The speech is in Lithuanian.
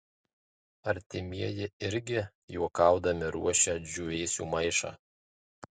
artimieji irgi juokaudami ruošia džiūvėsių maišą